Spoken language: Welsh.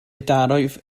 darodd